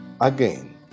Again